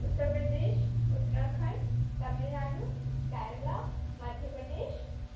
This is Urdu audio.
اتّرپردیش اُتراکھنڈ تمل ناڈو کیرلا مدھیہ پردیش